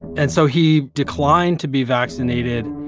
and so he declined to be vaccinated.